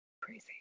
crazy